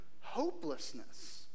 hopelessness